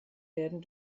werden